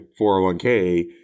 401k